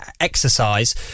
exercise